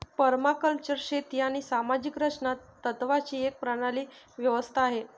permaculture शेती आणि सामाजिक रचना तत्त्वांची एक प्रणाली व्यवस्था आहे